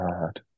God